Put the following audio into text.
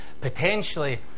potentially